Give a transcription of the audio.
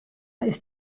ist